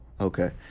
Okay